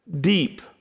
deep